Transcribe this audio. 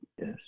Yes